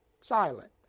silent